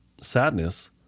sadness